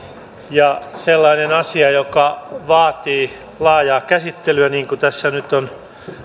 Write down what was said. ja sellainen asia joka vaatii laajaa käsittelyä niin kuin tässä nyt on